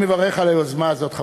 אני מברך על היוזמה הזאת,